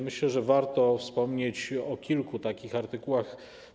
Myślę, że warto wspomnieć o kilku takich artykułach.